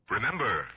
Remember